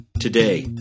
Today